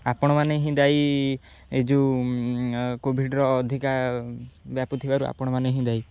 ଆପଣମାନେ ହିଁ ଦାୟୀ ଏ ଯେଉଁ କୋଭିଡ଼ର ଅଧିକା ବ୍ୟାପୁ ଥିବାରୁ ଆପଣମାନେ ହିଁ ଦାୟୀ